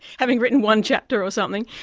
having written one chapter or something,